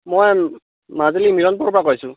মই মাজুলীৰ মিলনপুৰৰপৰা কৈছোঁ